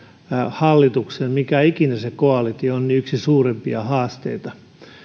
hallituksen mikä ikinä se koalitio on yksi suurimpia haasteita